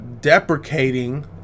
deprecating